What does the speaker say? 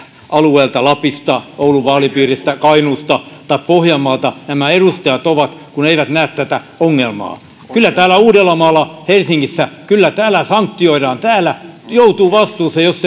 alueelta lapista oulun vaalipiiristä kainuusta tai pohjanmaalta nämä edustajat ovat kun eivät näe tätä ongelmaa kyllä täällä uudellamaalla ja helsingissä sanktioidaan täällä joutuu vastuuseen jos